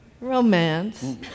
romance